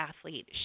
athlete